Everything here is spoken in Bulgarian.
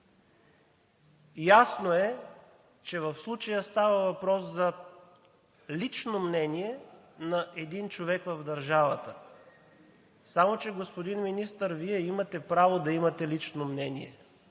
Ясно е, че в случая става въпрос за лично мнение на един човек в държавата. Само че, господин Министър, Вие имате право да имате лично мнение,